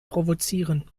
provozieren